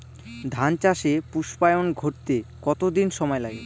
ধান চাষে পুস্পায়ন ঘটতে কতো দিন সময় লাগে?